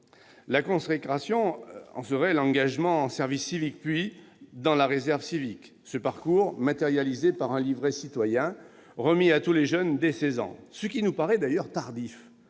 La consécration en serait l'engagement dans le service civique, puis dans la réserve civique. Ce parcours sera matérialisé par un livret citoyen, remis à tous les jeunes dès l'âge de seize ans. Cet âge nous paraît d'ailleurs tardif